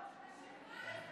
אתה שקרן,